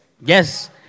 Yes